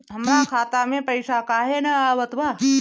हमरा खाता में पइसा काहे ना आवत बा?